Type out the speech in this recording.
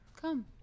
come